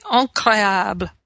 incroyable